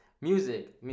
music